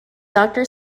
doctor